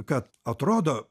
kad atrodo